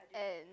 and